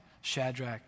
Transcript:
Shadrach